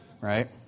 right